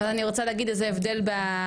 אבל אני רוצה להגיד איזה הבדל ביחס.